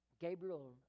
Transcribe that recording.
Gabriel